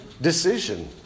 decision